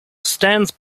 stands